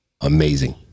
Amazing